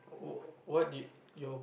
oh what did your